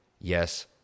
Yes